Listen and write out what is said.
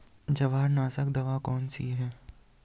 जवारनाशक दवा कौन सी है?